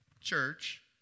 church